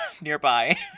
nearby